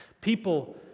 People